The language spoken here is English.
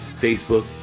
Facebook